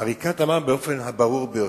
עריקאת אמר באופן הברור ביותר: